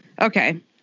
Okay